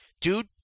dude